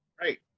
right